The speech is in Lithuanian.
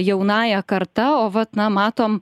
jaunąja karta o vat na matom